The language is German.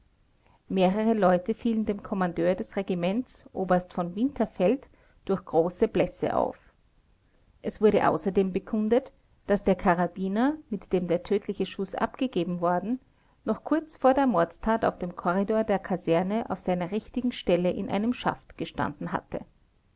mehrere leute fielen dem kommandeur des regiments oberst v winterfeld durch große blässe auf es wurde außerdem bekundet daß der karabiner mit dem der tödliche schuß abgegeben worden noch kurz vor der mordtat auf dem korridor der kaserne auf seiner richtigen stelle in einem schaft gestanden hatte